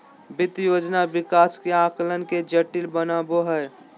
वित्त योजना विकास के आकलन के जटिल बनबो हइ